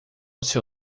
seu